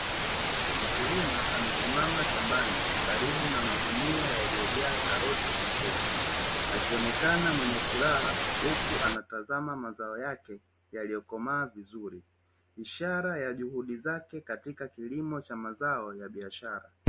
Mkulima amesimama shambani karibu na magunia yaliyojaa karoti zilizovunwa akionekana mwenye furaha huku anatazama mazao yake yaliyokomaa vizuri ishara ya juhudi zake katika kilimo cha mazao ya biashara.